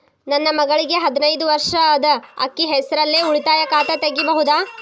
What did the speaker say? ನನ್ನ ಮಗಳಿಗೆ ಹದಿನೈದು ವರ್ಷ ಅದ ಅಕ್ಕಿ ಹೆಸರಲ್ಲೇ ಉಳಿತಾಯ ಖಾತೆ ತೆಗೆಯಬಹುದಾ?